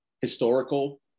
historical